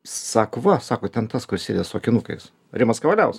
sako va sako ten tas kur sėdi su akinukais rimas kavaliaus